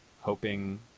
hoping